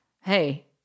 hey